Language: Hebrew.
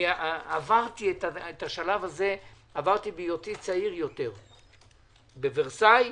את השלב הזה עברתי בהיותי צעיר יותר בוורסאי.